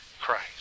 Christ